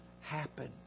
happen